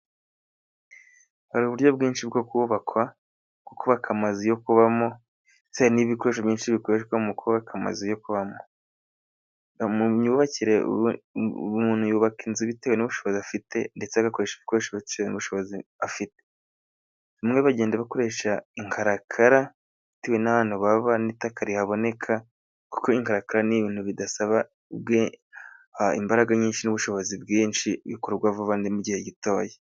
Hari uburyo bwinshi bwo kubakwa. Nko kubaka amazu yo kubamo, bitewe n'ibikoresho byinshi bikoreshwa mu kubaka amazu yo kubamo. Mu myubakire, umuntu yubaka inzu bitewe n'ubushobozi afite, ndetse agakoresha ibikoresho bitewe n'ubushobozi afite. Bamwe bagenda bakoresha inkarakara, bitewe n'ahantu baba n'itaka rihaboneka, kuko inkarakara n'ibintu bidasaba imbaraga nyinshi n'ubushobozi bwinshi, bikorwa vuba kandi mu gihe gitoya.